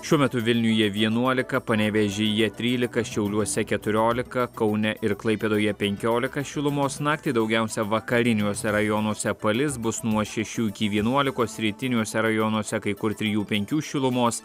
šiuo metu vilniuje vienuolika panevėžyje trylika šiauliuose keturiolika kaune ir klaipėdoje penkiolika šilumos naktį daugiausia vakariniuose rajonuose palis bus nuo šešių iki vienuolikos rytiniuose rajonuose kai kur trijų penkių šilumos